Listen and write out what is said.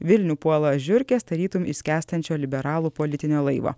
vilnių puola žiurkės tarytum iš skęstančio liberalų politinio laivo